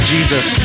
Jesus